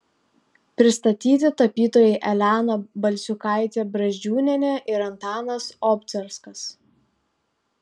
pristatyti tapytojai elena balsiukaitė brazdžiūnienė ir antanas obcarskas